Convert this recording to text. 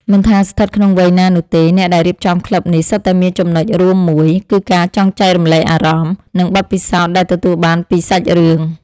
មិនថាស្ថិតក្នុងវ័យណានោះទេ អ្នកដែលរៀបចំក្លឹបនេះ សុទ្ធតែមានចំណុចរួមមួយ គឺការចង់ចែករំលែកអារម្មណ៍ និងបទពិសោធន៍ដែលទទួលបានពីសាច់រឿង។